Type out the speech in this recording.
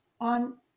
on